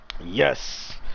Yes